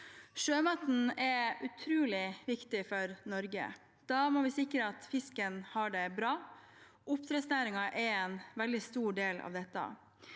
Sjømaten er utrolig viktig for Norge. Da må vi sikre at fisken har det bra. Oppdrettsnæringen er en veldig stor del av det